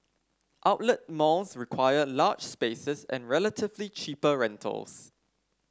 outlet malls require large spaces and relatively cheaper rentals